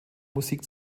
musik